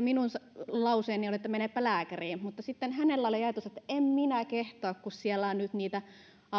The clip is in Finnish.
minun lauseeni oli että menepä lääkäriin mutta sitten hänellä oli ajatus että en minä kehtaa kun siellä on nyt niitä